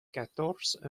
quatorze